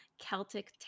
Celtic